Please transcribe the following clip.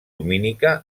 lumínica